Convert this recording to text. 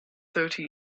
thirty